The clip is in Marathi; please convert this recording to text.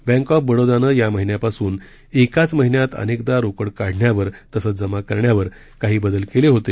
बँक ऑफ बडोदानं या महिन्यापासून एकाच महिन्यात अनेकदा रोकड काढण्यावर तसंच जमा करण्यावर काही बदल केले होते